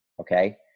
Okay